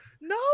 No